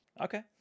Okay